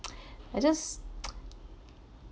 I just